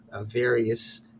various